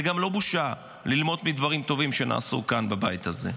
זה גם לא בושה ללמוד מדברים טובים שנעשו כאן בבית הזה.